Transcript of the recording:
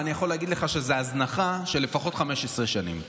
ואני יכול להגיד לך שזו הזנחה של 15 שנים לפחות.